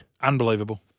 Unbelievable